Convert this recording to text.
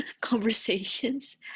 conversations